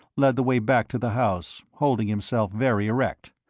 led the way back to the house, holding himself very erect,